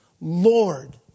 Lord